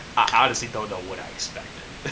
i honestly don't know what i expected. ah